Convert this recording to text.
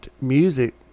music